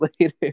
later